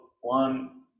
one